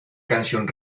canción